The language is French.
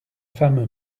femme